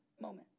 moment